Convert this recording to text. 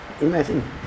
Imagine